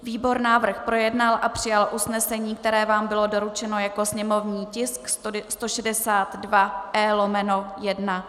Výbor návrh projednal a přijal usnesení, které vám bylo doručeno jako sněmovní tisk 162E/1.